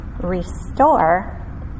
restore